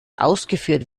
ausgeführt